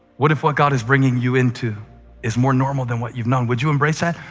what if what god is bringing you into is more normal than what you've known? would you embrace that?